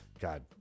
God